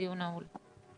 הדיון נעול.